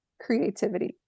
creativity